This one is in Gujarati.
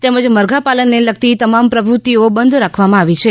તેમજ મરઘાપાલનને લગતી તમામ પ્રવૃતિઓ બંધ રાખવામા આવી છે